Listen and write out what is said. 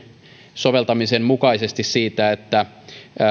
soveltamisen mukaisesti siitä että